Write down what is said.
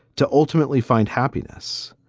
to ultimately find happiness.